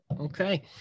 okay